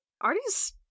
Artie's